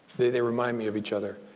they they remind me of each other,